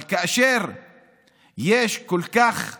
יש כל הרבה כך שרים,